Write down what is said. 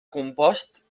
compost